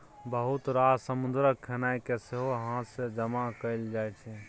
बहुत रास समुद्रक खेनाइ केँ सेहो हाथ सँ जमा कएल जाइ छै